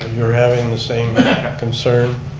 you're having the same concern,